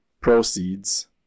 proceeds